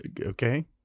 Okay